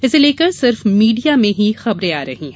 इसे लेकर सिर्फ मीडिया में ही खबरें आ रही हैं